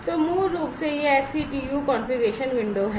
तो यह मूल रूप से यह XCTU कॉन्फ़िगरेशन विंडो है